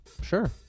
Sure